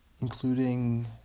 Including